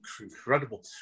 incredible